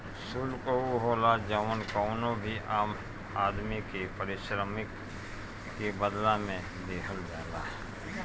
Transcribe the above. शुल्क उ होला जवन कवनो भी आदमी के पारिश्रमिक के बदला में दिहल जाला